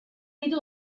ditu